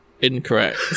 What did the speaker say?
incorrect